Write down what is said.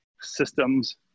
systems